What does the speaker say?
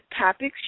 topics